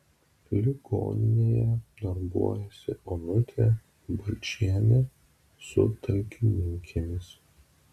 ligoninėje darbuojasi onutė balčienė su talkininkėmis